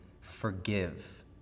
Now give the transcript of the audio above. forgive